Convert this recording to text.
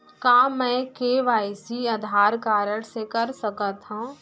का मैं KYC Aadhaar card से कर सकत हो?